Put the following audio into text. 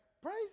Praise